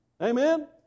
amen